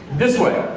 this way,